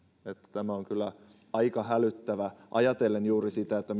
tämä on kyllä aika hälyttävää ajatellen juuri sitä